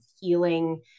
healing